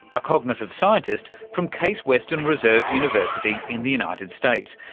a cognitive scientist from case western reserve university in the united states,